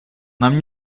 нам